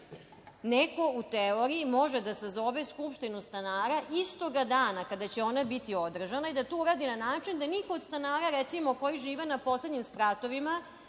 Neko u teoriji može da sazove skupštinu stanara istog dana kada će ona biti održana i da to uradi na način da niko od stanara, recimo koji žive na poslednjim spratovima